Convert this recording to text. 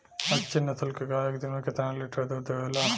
अच्छी नस्ल क गाय एक दिन में केतना लीटर दूध देवे ला?